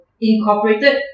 incorporated